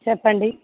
చెప్పండి